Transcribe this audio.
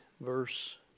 verse